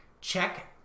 check